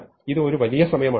അതിനാൽ ഇത് ഒരു വലിയ സമയമാണ്